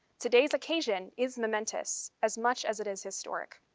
today's occasion is momentous as much as it is historic.